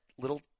little